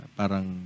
parang